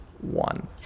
one